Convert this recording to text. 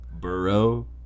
burrow